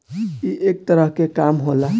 ई एक तरह के काम होला